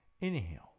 Inhale